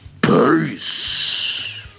peace